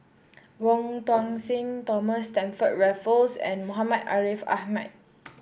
Wong Tuang Seng Thomas Stamford Raffles and Muhammad Ariff Ahmad